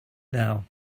now